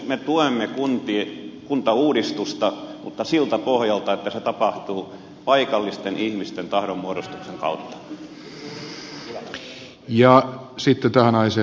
me tuemme kuntauudistusta mutta siltä pohjalta että se tapahtuu paikallisten ihmisten tahdonmuodostuksen kautta